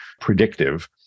predictive